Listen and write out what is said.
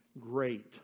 great